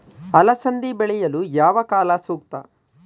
ಅಲಸಂದಿ ಬೆಳೆಯಲು ಯಾವ ಕಾಲ ಸೂಕ್ತ?